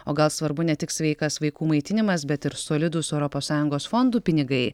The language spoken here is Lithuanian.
o gal svarbu ne tik sveikas vaikų maitinimas bet ir solidūs europos sąjungos fondų pinigai